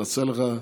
נעשה לך.